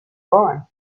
gone